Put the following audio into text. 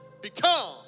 become